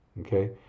Okay